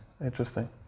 Interesting